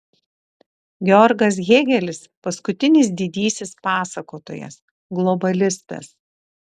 georgas hėgelis paskutinis didysis pasakotojas globalistas